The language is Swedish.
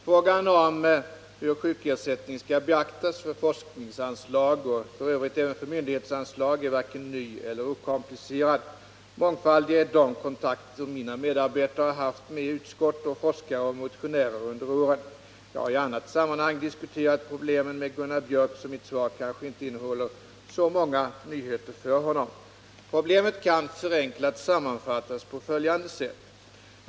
Frågan om hur sjukersättning skall beaktas för forskningsanslag och f. ö. även för myndighetsanslag är varken ny eller okomplicerad. Mångfaldiga är de kontakter mina medarbetate har haft med utskott, forskare och motionärer under åren. Jag har i annat sammanhang diskuterat problemen med Gunnar Biörck, så mitt svar kanske inte innehåller så många nyheter för honom. Problemet kan förenklat sammanfattas på följande sätt.